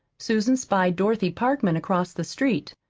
susan spied dorothy parkman across the street.